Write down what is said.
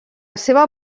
seva